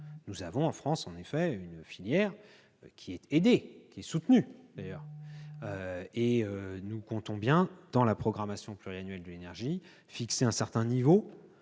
Nous avons en effet, en France, une filière, qui est aidée et soutenue. Nous comptons bien, dans le cadre de la programmation pluriannuelle de l'énergie, fixer un certain niveau